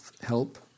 Help